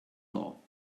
law